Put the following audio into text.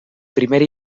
primer